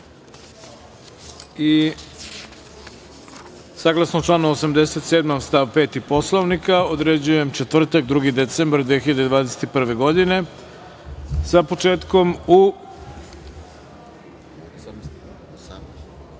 pretres. Saglasno članu 87. stav 5. Poslovnika, određujem četvrtak, 2. decembar 2021. godine, sa početkom u